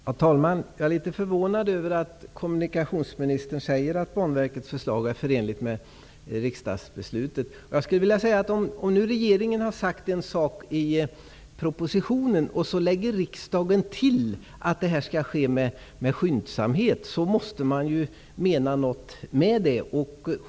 Herr talman! Jag är litet förvånad över att kommunikationsministern säger att Banverkets förslag är förenligt med riksdagsbeslutet. Om nu regeringen har sagt en sak i propositionen, och riksdagen lägger till att det här skall ske med skyndsamhet, så måste man mena något med det.